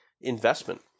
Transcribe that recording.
investment